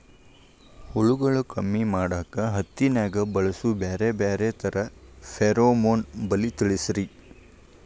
ಹುಳುಗಳು ಕಮ್ಮಿ ಮಾಡಾಕ ಹತ್ತಿನ್ಯಾಗ ಬಳಸು ಬ್ಯಾರೆ ಬ್ಯಾರೆ ತರಾ ಫೆರೋಮೋನ್ ಬಲಿ ತಿಳಸ್ರಿ